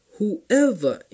Whoever